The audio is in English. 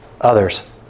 others